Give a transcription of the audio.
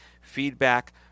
feedback